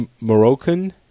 Moroccan